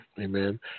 amen